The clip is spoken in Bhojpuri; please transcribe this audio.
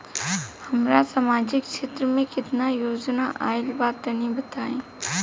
हमरा समाजिक क्षेत्र में केतना योजना आइल बा तनि बताईं?